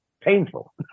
painful